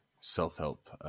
self-help